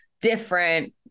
different